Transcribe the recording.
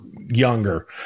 younger